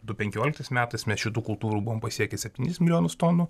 du penkioliktais metais mes šitų kultūrų buvom pasiekę septynis milijonus tonų